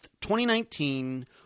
2019